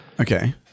Okay